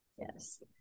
Yes